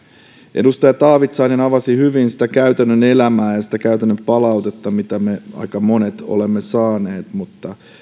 edustaja taavitsainen avasi hyvin sitä käytännön elämää ja sitä käytännön palautetta mitä me aika monet olemme saaneet ja